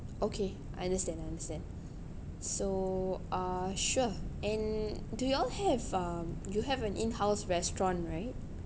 okay I understand I understand so uh sure and do y'all have um you have an in-house restaurant right